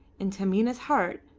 and taminah's heart,